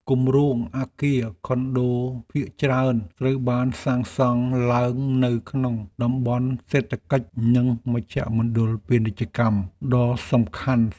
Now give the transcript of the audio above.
គម្រោងអគារខុនដូភាគច្រើនត្រូវបានសាងសង់ឡើងនៅក្នុងតំបន់សេដ្ឋកិច្ចនិងមជ្ឈមណ្ឌលពាណិជ្ជកម្មដ៏សំខាន់។